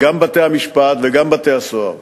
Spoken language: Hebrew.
גם בתי-המשפט וגם בתי-הסוהר.